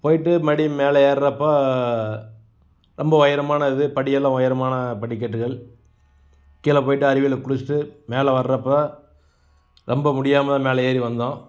போய்ட்டு மறுபடி மேலே ஏறுறப்போ ரொம்ப உயரமான இது படியெல்லாம் உயரமான படிக்கட்டுகள் கீழே போய்ட்டு அருவியில குளிச்சிட்டு மேலே வர்றப்போ ரொம்ப முடியாமல் மேலே ஏறி வந்தோம்